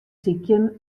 sykjen